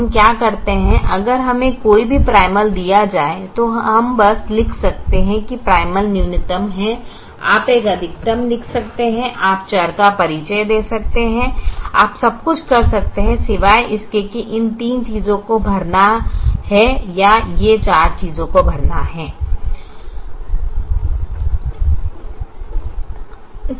तो हम क्या कर सकते हैं अगर हमें कोई भी प्राइमल दिया जाए तो हम बस लिख सकते हैं कि प्राइमल न्यूनतम है आप एक अधिकतम लिख सकते हैं आप चर का परिचय दे सकते हैं आप सब कुछ कर सकते हैं सिवाय इसके कि इन 3 चीजों को भरना है और ये 4 चीजों को भरना पड़ता है